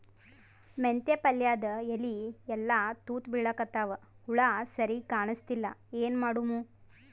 ಮೆಂತೆ ಪಲ್ಯಾದ ಎಲಿ ಎಲ್ಲಾ ತೂತ ಬಿಳಿಕತ್ತಾವ, ಹುಳ ಸರಿಗ ಕಾಣಸ್ತಿಲ್ಲ, ಏನ ಮಾಡಮು?